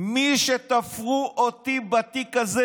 מי שתפרו אותי בתיק הזה